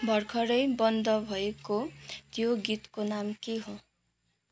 भर्खरै बन्द भएको त्यो गीतको नाम के हो